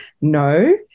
No